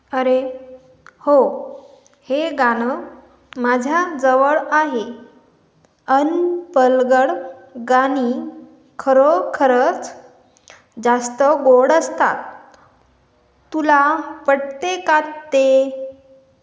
अरे हो हे गाणं माझ्याजवळ आहे अनपलगड गाणी खरोखरंच जास्त गोड असतात तुला पटते का ते